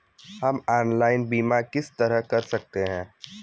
हम ऑनलाइन बीमा किस तरह कर सकते हैं?